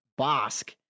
Bosk